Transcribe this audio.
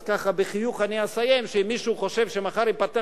אז ככה בחיוך אני אסיים: אם מישהו חושב שמחר ייפתח